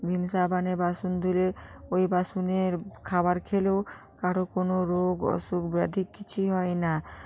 ভিম সাবানে বাসন ধুলে ওই বাসনের খাবার খেলেও কারো কোনো রোগ অসুখ ব্যাধি কিছুই হয় না